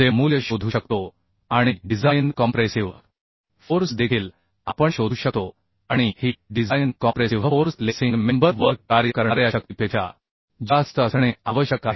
चे मूल्य शोधू शकतो आणि डिझाइन कॉम्प्रेसिव फोर्स देखील आपण शोधू शकतो आणि ही design compressive force lacing member वर कार्य करणार्या शक्तीपेक्षा जास्त असणे आवश्यक आहे